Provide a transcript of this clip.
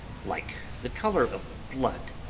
like the colour of blood,